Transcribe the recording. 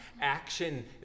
action